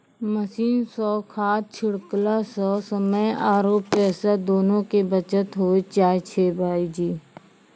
machine सॅ खाद छिड़कला सॅ समय आरो पैसा दोनों के बचत होय जाय छै भायजी